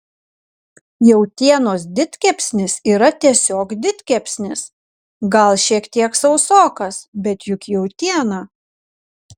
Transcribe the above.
jautienos didkepsnis yra tiesiog didkepsnis gal šiek tiek sausokas bet juk jautiena